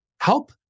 help